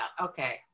Okay